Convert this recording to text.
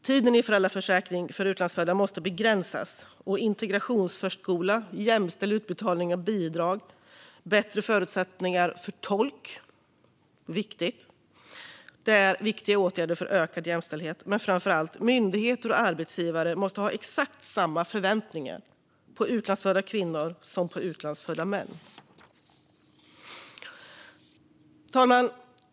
Tiden i föräldraförsäkring för utlandsfödda måste begränsas, och integrationsförskola, en jämställd utbetalning av bidrag och bättre förutsättningar för tolkning är viktiga åtgärder för ökad jämställdhet - särskilt den sistnämnda. Men framför allt måste myndigheter och arbetsgivare ha exakt samma förväntningar på utlandsfödda kvinnor som de har på utlandsfödda män. Fru talman!